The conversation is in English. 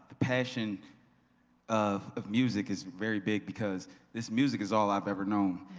passion of of music is very big because this music is all i've ever known.